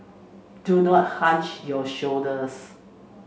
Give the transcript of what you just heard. do not hunch your shoulders